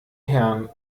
herrn